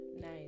Nice